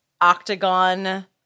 octagon